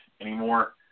anymore